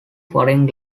foreign